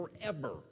forever